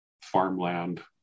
farmland